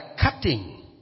cutting